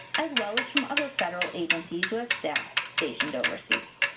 as well as from other federal agencies who have staff stationed overseas.